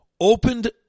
opened